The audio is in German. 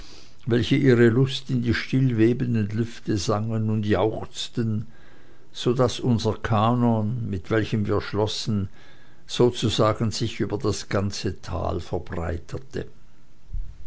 welche ihre lust in die still webenden lüfte sangen und jauchzten so daß unser kanon mit welchem wir schlossen sozusagen sich über das ganze tal